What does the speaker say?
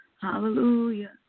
hallelujah